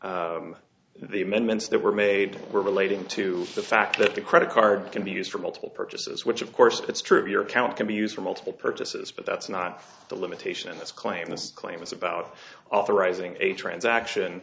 the amendments that were made were relating to the fact that a credit card can be used for multiple purchases which of course that's true of your account can be used for multiple purposes but that's not the limitations claim this claim is about authorizing a transaction